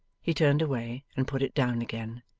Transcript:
he turned away and put it down again.